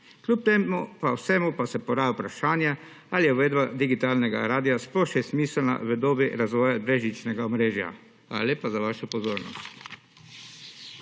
Kljub temu vsemu pa se poraja vprašanje, ali je uvedba digitalnega radia sploh še smiselna v dobi razvoja brezžičnega omrežja. Hvala lepa za vašo pozornost.